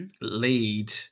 lead